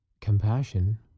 compassion